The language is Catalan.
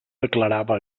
declarava